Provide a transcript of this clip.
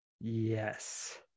Yes